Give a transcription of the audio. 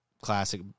classic